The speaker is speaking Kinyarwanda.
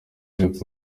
y’urupfu